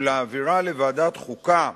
ולהעבירה לוועדת החוקה,